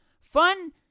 Fun